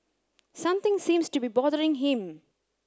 something seems to be bothering him